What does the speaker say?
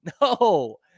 no